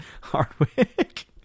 Hardwick